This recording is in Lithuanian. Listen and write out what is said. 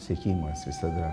siekimas visada